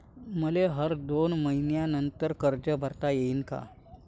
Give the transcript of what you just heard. मले हर दोन मयीन्यानंतर कर्ज भरता येईन का?